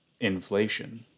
inflation